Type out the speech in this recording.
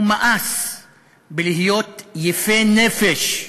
הוא מאס בלהיות יפה-נפש,